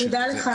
תודה לך.